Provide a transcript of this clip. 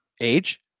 age